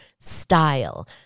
style